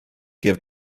give